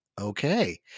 Okay